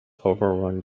overrun